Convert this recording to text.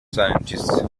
scientists